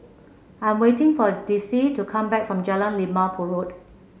I'm waiting for Dicie to come back from Jalan Limau Purut